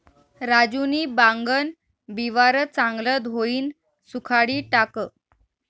राजूनी भांगन बिवारं चांगलं धोयीन सुखाडी टाकं